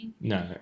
No